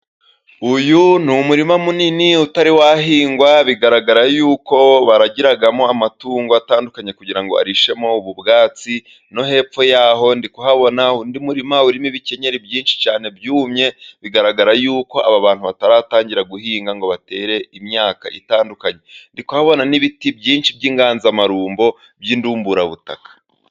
Uyu ni umurima munini utari wahingwa, bigaragara yuko baragiramo amatungo atandukanye, kugirango ngo arishemo ubu ubwatsi. No hepfo yaho, ndikuhabona undi murima urimo ibikenyeri byinshi cyane byumye, bigaragara yuko aba bantu bataratangira guhinga ngo batere imyaka itandukanye. Ndikuhabona n'ibiti byinshi by'inganzamarumbo by'indumburabutaka.